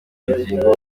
ubugingo